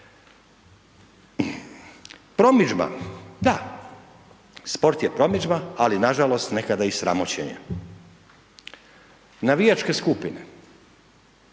Promidžba da, sport je promidžba ali nažalost nekada i sramoćenje. Navijačke skupine,